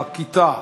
בכיתה.